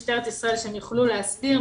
משטרת ישראל שהם יוכלו להסדיר,